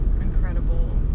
incredible